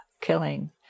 killing